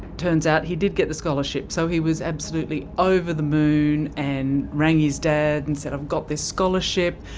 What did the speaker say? turns out he did get the scholarship, so he was absolutely over the moon, and rang his dad and said i've got this scholarship,